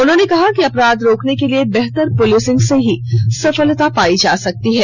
उन्होंने कहा कि अपराध रोकने के लिए बेहतर पुलिसिंग से ही सफलता पायी जा सकती है